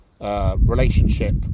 Relationship